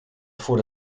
ervoor